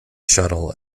shuttle